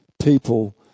people